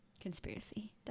Conspiracy